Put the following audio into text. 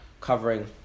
covering